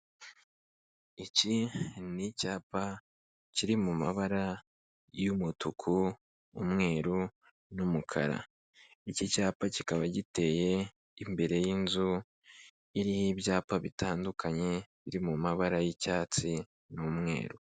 Iki ni icyapa kiri mu mabara y'umutuku, umweru n'umukara. Iki cyapa kikaba giteye imbere y'inzu iriho ibyapa bitandukanye biri mu mabara y'icyatsi n'umweru.